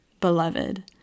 Beloved